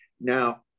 Now